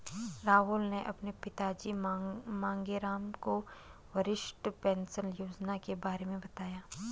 राहुल ने अपने पिताजी मांगेराम को वरिष्ठ पेंशन योजना के बारे में बताया